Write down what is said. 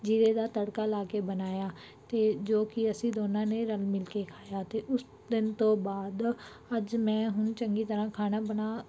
ਜੀਰੇ ਦਾ ਤੜਕਾ ਲਾ ਕੇ ਬਣਾਇਆ ਅਤੇ ਜੋ ਕਿ ਅਸੀਂ ਦੋਨਾਂ ਨੇ ਰਲ ਮਿਲ ਕੇ ਖਾਇਆ ਅਤੇ ਉਸ ਦਿਨ ਤੋਂ ਬਾਅਦ ਅੱਜ ਮੈਂ ਹੁਣ ਚੰਗੀ ਤਰ੍ਹਾਂ ਖਾਣਾ ਬਣਾ